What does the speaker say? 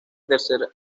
tercer